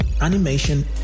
animation